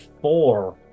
four